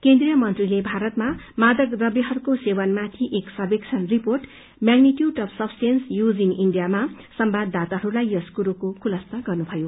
केन्द्रीय मन्त्रीले भारतमा मादक प्रव्यहरूको सेवनमाथि एक सर्वेक्षण report magnitude of substance use in इण्डियामा संवाददताहरूलाई यो कुरो बताउनुभयो